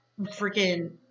freaking